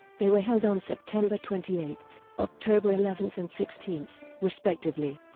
they were held on september twenty eight, october eleven and sixteen, respectively.